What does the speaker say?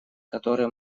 которые